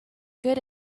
good